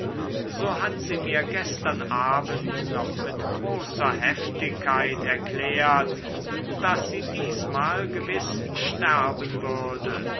so hat sie mir gestern abend noch mit großer heftigkeit erklärt daß sie diesmal gewiß sterben würde